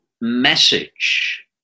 message